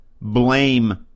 blame